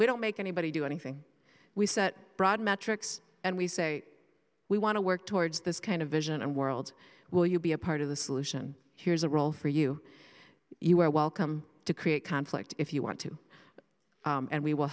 we don't make anybody do anything we set broad metrics and we say we want to work towards this kind of vision and world will you be a part of the solution here's a role for you you are welcome to create conflict if you want to and we will